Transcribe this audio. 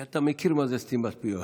כי אתה יודע מה היא סתימת פיות.